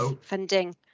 funding